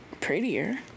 prettier